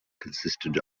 consisted